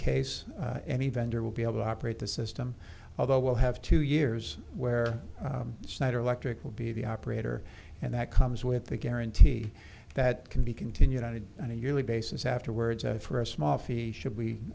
case any vendor will be able to operate the system although we'll have two years where snyder electric will be the operator and that comes with the guarantee that can be continued on it and a yearly basis afterwards for a small fee should we